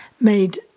made